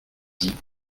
dit